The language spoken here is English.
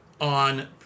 on